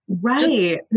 right